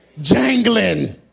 Jangling